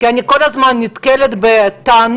אני כל הזמן נתקלת בטענות